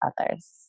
others